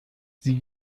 sie